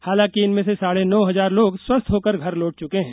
हालांकि इनमें से साढ़े नौ हजार लोग स्वस्थ होकर घर लौट चुके हैं